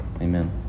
Amen